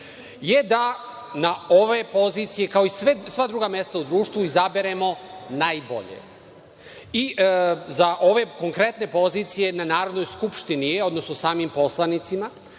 je da na ove pozicije, kao i sva druga mesta u društvu, izaberemo najbolje i za ove konkretne pozicije na Narodnoj skupštini je, odnosno samim poslanicima